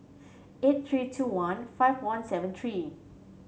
eight three two one five one seven three